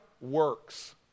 works